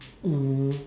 um